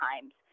times